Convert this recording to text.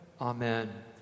Amen